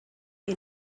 you